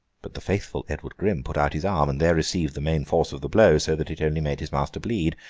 but the faithful edward gryme put out his arm, and there received the main force of the blow, so that it only made his master bleed.